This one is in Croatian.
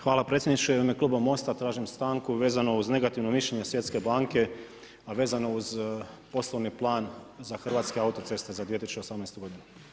Hvala predsjedniče, u ime kluba MOST-a tražim stanku vezano uz negativno mišljenje Svjetske banke a vezano uz poslovni plan za Hrvatske autoceste za 2018. godinu.